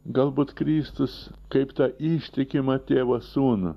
galbūt kristus kaip tą ištikimą tėvą sūnų